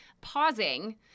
pausing